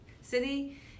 city